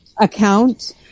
account